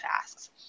tasks